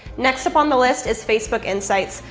next up on the list is facebook insights.